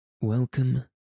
Welcome